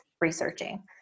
researching